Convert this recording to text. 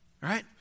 Right